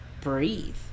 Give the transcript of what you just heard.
breathe